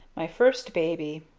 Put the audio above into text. my first baby!